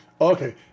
Okay